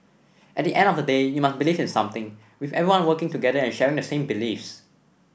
at the end of the day you must believe in something with everyone working together and sharing the same beliefs